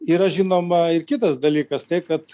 yra žinoma ir kitas dalykas tai kad